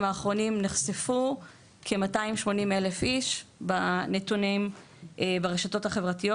האחרונים נחשפו כ-280,000 אנשים בנתונים ברשתות החברתיות